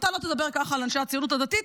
אתה לא תדבר ככה על אנשי הציונות הדתית,